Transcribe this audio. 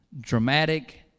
dramatic